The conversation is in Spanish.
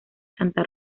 santa